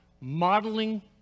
modeling